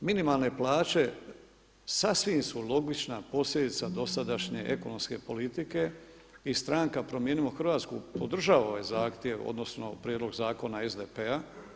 Minimalne plaće sasvim su logična posljedica dosadašnje ekonomske politike i stranka Promijenimo Hrvatsku podržava ova zahtjev odnosno prijedlog zakona SDP-a.